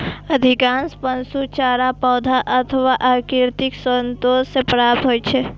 अधिकांश पशु चारा पौधा अथवा प्राकृतिक स्रोत सं प्राप्त होइ छै